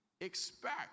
expect